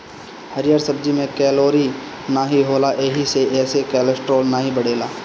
हरिहर सब्जी में कैलोरी नाही होला एही से एसे कोलेस्ट्राल नाई बढ़ेला